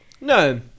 no